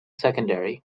secondary